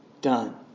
done